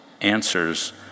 answers